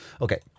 Okay